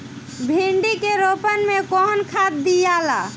भिंदी के रोपन मे कौन खाद दियाला?